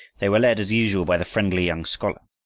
they were led, as usual, by the friendly young scholar.